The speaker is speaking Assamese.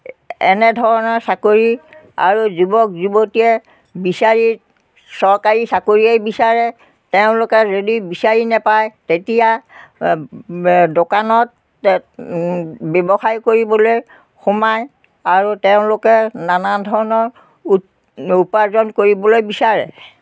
এনে ধৰণৰ চাকৰি আৰু যুৱক যুৱতীয়ে বিচাৰি চৰকাৰী চাকৰিয়েই বিচাৰে তেওঁলোকে যদি বিচাৰি নোপায় তেতিয়া দোকানত ব্যৱসায় কৰিবলৈ সোমায় আৰু তেওঁলোকে নানা ধৰণৰ উপাৰ্জন কৰিবলৈ বিচাৰে